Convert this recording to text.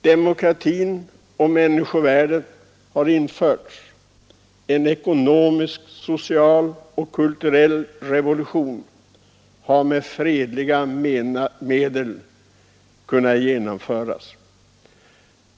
Demokratin och människovärdet har införts i vårt samhälle, och en ekonomisk, social och kulturell revolution har kunnat genomföras med fredliga medel.